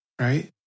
right